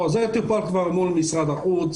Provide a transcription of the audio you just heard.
זה טופל מול משרד החוץ.